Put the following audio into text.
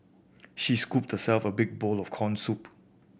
she scooped herself a big bowl of corn soup